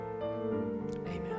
Amen